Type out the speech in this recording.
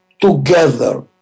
together